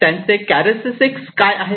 त्यांचे चारक्टरिस्टीस काय आहेत